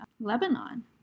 lebanon